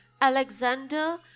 Alexander